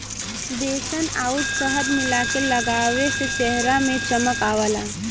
बेसन आउर शहद मिला के लगावे से चेहरा में चमक आवला